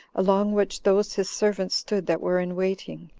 along which those his servants stood that were in waiting,